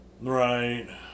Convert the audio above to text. Right